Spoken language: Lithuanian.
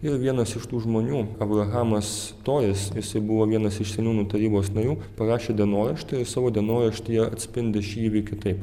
ir vienas iš tų žmonių abrahamas tojas jisai buvo vienas iš seniūnų tarybos narių parašė dienoraštį savo dienoraštyje atspindi šį įvykį taip